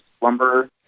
lumber